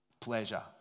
pleasure